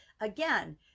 again